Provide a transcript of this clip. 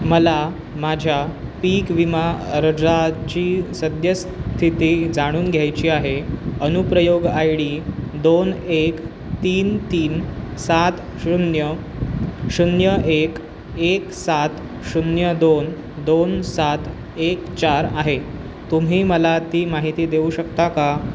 मला माझ्या पीक विमा अर्जाची सद्य स्थिती जाणून घ्यायची आहे अनुप्रयोग आय डी दोन एक तीन तीन सात शून्य शून्य एक एक सात शून्य दोन दोन सात एक चार आहे तुम्ही मला ती माहिती देऊ शकता का